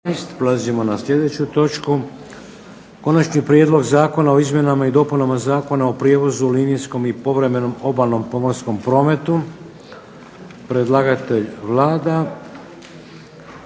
Dajem na glasovanje Konačni prijedlog Zakona o izmjenama i dopunama Zakona o prijevozu u linijskom i povremenom obalnom pomorskom prometu. Molim uključimo